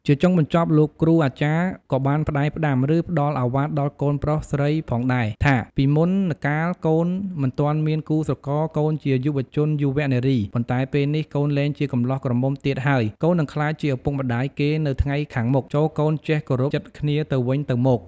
ជាចុងបញ្ចប់លោកគ្រូអាចារ្យក៏បានផ្តែផ្តាំ ឬ ផ្តល់ឱវាទដល់កូនប្រុសស្រីផងដែរ ថា «ពីមុនកាលកូនមិនទាន់មានគូស្រករកូនជាយុរជន យុវនារី ប៉ុន្តែពេលនេះកូនលែងជាកម្លោះក្រមុំទៀតហើយ កូននិងក្លាយជាឪពុកម្តាយគេនៅថ្ងៃខានមុខ ចូរកូនចេះគោរពចិត្តគ្នាទៅវិញទៅមក»។